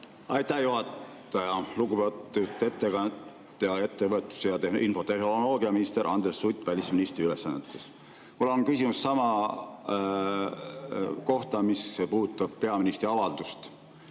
Aitäh, juhataja! Lugupeetud ettekandja, ettevõtlus- ja infotehnoloogiaminister Andres Sutt välisministri ülesannetes! Mul on küsimus sellesama kohta, mis puudutab peaministri avaldust.